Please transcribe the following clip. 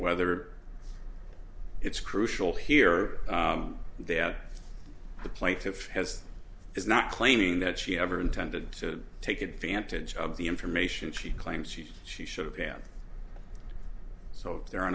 whether it's crucial here they are the plaintiff has is not claiming that she ever intended to take advantage of the information she claims she she should have and so there are